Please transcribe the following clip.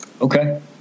Okay